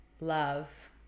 love